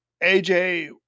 AJ